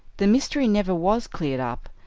the mystery never was cleared up,